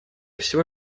всего